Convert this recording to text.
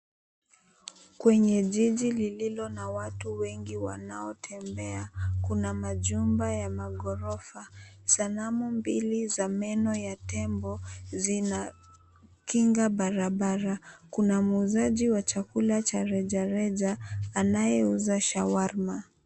Kwenye jiji lililo na watu wengi wanaotembea, kuna majumba ya ghorofa, sanamu mbili za meno ya tembo zinakinga barabara. Kuna muuzaji wa chakula cha rejareja anayeuza shawarma.